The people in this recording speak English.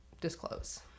disclose